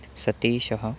सतीशः